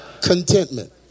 Contentment